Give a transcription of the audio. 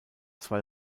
zwei